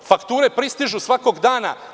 Fakture pristižu svakog dana.